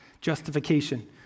Justification